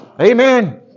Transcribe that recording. Amen